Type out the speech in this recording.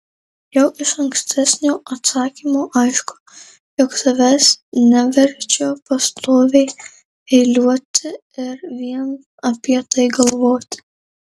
jau iš ankstesnio atsakymo aišku jog savęs neverčiu pastoviai eiliuoti ir vien apie tai galvoti